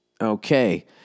Okay